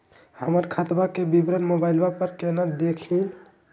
हमर खतवा के विवरण मोबाईल पर केना देखिन?